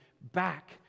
back